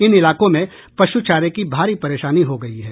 इन इलाकों में पशुचारे की भारी परेशानी हो गयी है